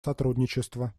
сотрудничества